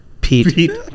Pete